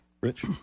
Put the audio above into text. Rich